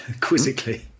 Quizzically